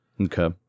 Okay